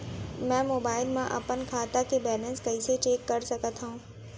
मैं मोबाइल मा अपन खाता के बैलेन्स कइसे चेक कर सकत हव?